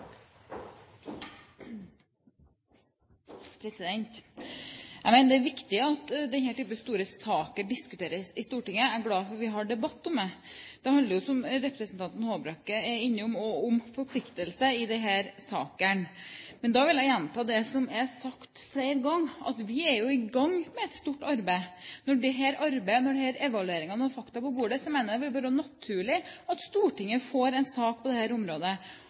viktig at denne type store saker diskuteres i Stortinget. Jeg er glad for at vi har debatt om det. Denne saken handler jo, som representanten Håbrekke var innom, også om forpliktelse. Jeg vil gjenta det som er sagt flere ganger, at vi er i gang med et stort arbeid. Når dette arbeidet, og denne evalueringen, er på plass, når vi har fakta på bordet, mener jeg det vil være naturlig at det kommer som en sak til Stortinget. Jeg synes jo også at det